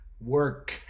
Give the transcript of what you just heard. work